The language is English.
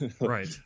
Right